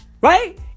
Right